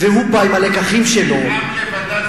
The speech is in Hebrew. והוא בא עם הלקחים שלו, עם לבדד ישכון.